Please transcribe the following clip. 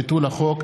ביטול החוק),